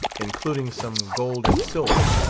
including some gold and silver,